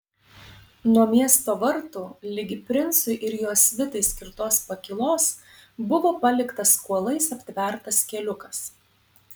nuo miesto vartų ligi princui ir jo svitai skirtos pakylos buvo paliktas kuolais aptvertas keliukas